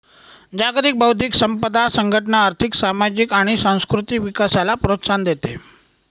जागतिक बौद्धिक संपदा संघटना आर्थिक, सामाजिक आणि सांस्कृतिक विकासाला प्रोत्साहन देते